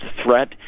threat